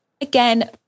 Again